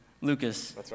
Lucas